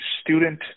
student –